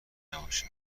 نباشه